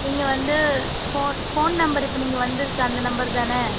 நீங்கள் வந்து phone phone number இப்போ நீங்கள் வந்துருக்கு அந்த நம்பர் தான